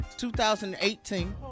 2018